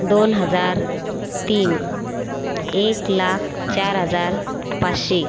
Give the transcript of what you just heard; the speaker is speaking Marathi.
दोन हजार तीन एक लाख चार हजार पाचशे